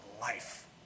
life